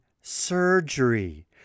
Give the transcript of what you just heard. surgery